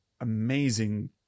amazing